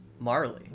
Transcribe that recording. Marley